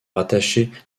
rattachée